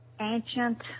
ancient